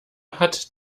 hat